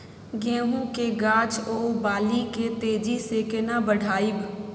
गेहूं के गाछ ओ बाली के तेजी से केना बढ़ाइब?